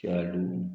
चालू